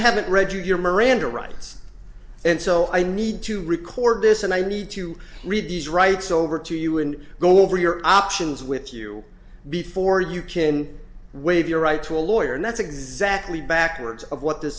haven't read your miranda rights and so i need to record this and i need to read these rights over to you and go over your options with you before you can waive your right to a lawyer and that's exactly backwards of what the